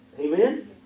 Amen